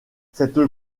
cette